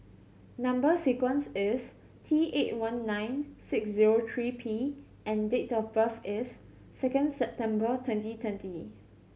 number sequence is T eight one nine six zero three P and date of birth is second September twenty twenty